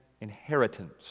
inheritance